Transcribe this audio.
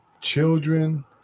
children